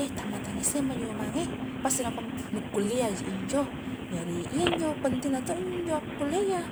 eh tammatan sma ji mo mange, pasti nakua nu kulliahji injo, jadi iyanjo pentingna to injo akkuliah iya.